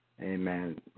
Amen